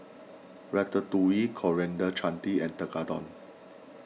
Ratatouille Coriander Chutney and Tekkadon